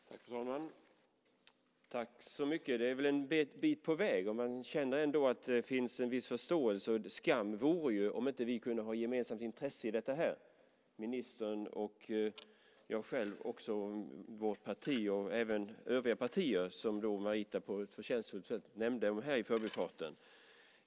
Fru talman! Tack så mycket, justitieministern. Det är väl en bit på väg. Man känner ändå att det finns en viss förståelse. Skam vore ju om vi inte kunde ha ett gemensamt intresse i detta - ministern, jag själv och mitt parti och även övriga partier, såsom Marita på ett förtjänstfullt sätt nämnde här i förbifarten.